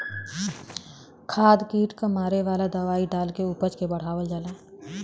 खाद कीट क मारे वाला दवाई डाल के उपज के बढ़ावल जाला